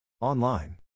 Online